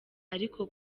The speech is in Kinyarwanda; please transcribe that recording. ariko